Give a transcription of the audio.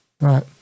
right